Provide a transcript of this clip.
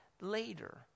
later